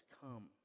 come